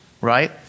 right